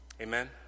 Amen